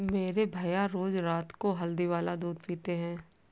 मेरे भैया रोज रात को हल्दी वाला दूध पीते हैं